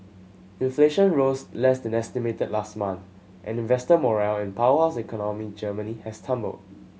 inflation rose less than estimated last month and investor morale in powerhouse economy Germany has tumbled